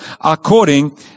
according